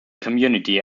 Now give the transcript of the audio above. community